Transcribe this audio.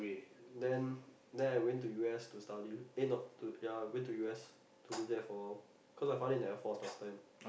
then then I went to U_S to study eh not to ya went to U_S to live there for cause my father in the Air Force last time